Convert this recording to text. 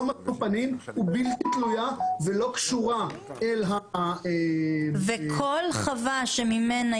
משוא פנים ובלתי תלויה ולא קשורה --- וכל חווה שממנה